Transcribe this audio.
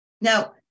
Now